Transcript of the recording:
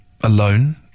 alone